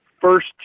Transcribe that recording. first